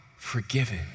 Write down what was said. forgiven